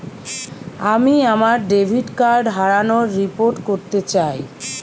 আমি আমার debit card হারানোর রিপোর্ট করতে চাই